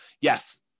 yes